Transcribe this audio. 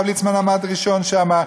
וליצמן עמד ראשון שם,